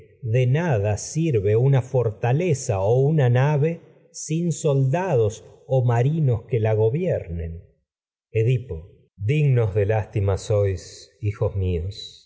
de nada sirve una o fortaleza una nave soldados marinos que la gobiernen edipo dignos de lástima sois hijos no míos